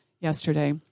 yesterday